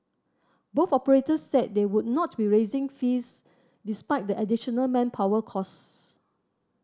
both operators said they would not be raising fees despite the additional manpower costs